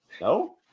no